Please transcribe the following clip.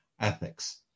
ethics